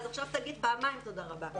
עכשיו תגיד פעמיים תודה רבה.